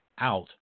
out